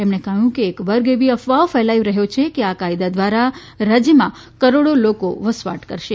તેમણે કહ્યું કે એક વર્ગ એવી અફવાઓ ફેલાવી રહ્યો છે કે આ કાયદા દ્વારા રાજ્યમાં કરોડો લોકો વસવાટ કરશે